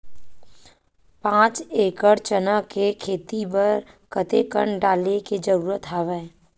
पांच एकड़ चना के खेती बर कते कन डाले के जरूरत हवय?